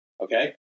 Okay